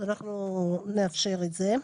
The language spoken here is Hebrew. אנחנו נאפשר את זה.